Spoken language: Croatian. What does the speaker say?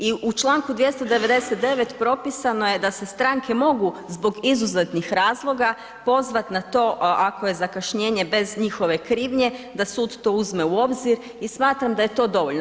I u članku 299. propisano je da se stranke mogu zbog izuzetnih razloga pozvati na to ako je zakašnjenje bez njihove krivnje, da sud to uzme u obzir i smatram da je to dovoljno.